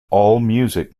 allmusic